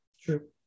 True